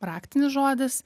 raktinis žodis